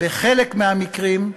בחלק מהמקרים,